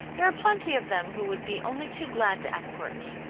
there are plenty of them who would be only too glad to escort me.